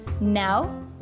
now